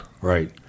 Right